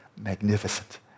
magnificent